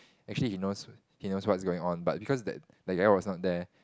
actually he knows he knows what's going on but because that that guy was not there